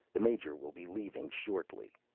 the major will be leaving shortly.